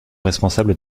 responsable